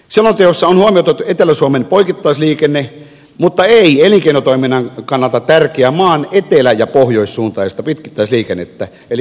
selonteossa on huomioitu etelä suomen poikittaisliikenne mutta ei elinkeinotoiminnan kannalta tärkeää maan etelä ja pohjoissuuntaista pitkittäisliikennettä eli kolmos ja nelostietä